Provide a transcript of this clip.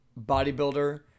bodybuilder